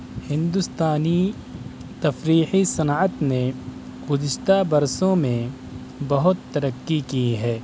ہندوستانی تفریحی صنعت نے گزشتہ برسوں میں بہت ترقی کی ہے